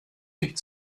nicht